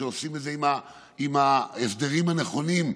כשעושים את זה עם ההסדרים הנכונים,